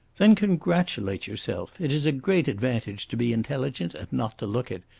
then congratulate yourself! it is a great advantage to be intelligent and not to look it.